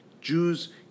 Jews